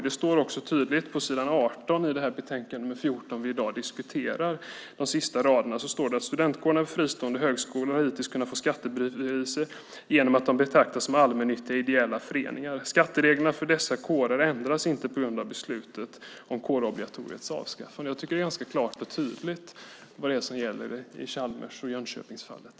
Följande står också tydligt på de sista raderna på s. 18 i utbildningsutskottets betänkande 14 som vi nu diskuterar: "Studentkårerna vid fristående högskolor har hittills kunnat få skattebefrielse genom att de betraktats som allmännyttiga ideella föreningar. Skattereglerna för dessa kårer ändras inte på grund av beslutet om kårobligatoriets avskaffande." Jag tycker att det är ganska klart och tydligt vad det är som gäller i Chalmers och Jönköpingsfallet.